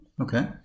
Okay